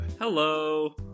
hello